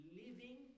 living